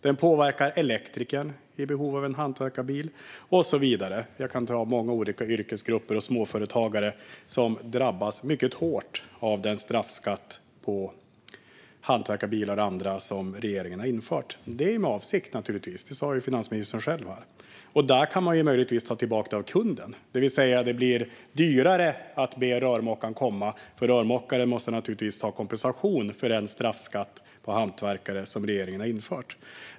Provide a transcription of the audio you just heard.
Den påverkar även elektrikern som är i behov av en hantverkarbil och så vidare. Jag kan räkna upp många olika yrkesgrupper och småföretagare som drabbas mycket hårt av den straffskatt på hantverkarbilar och annat som regeringen har infört. Det har naturligtvis gjorts med avsikt. Det sa finansministern själv här. I dessa fall kan möjligtvis ta tillbaka det här från kunden, det vill säga det blir dyrare att be rörmokaren komma. Rörmokaren och andra hantverkare måste förstås ta in kompensation för den straffskatt som regeringen har infört.